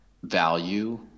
value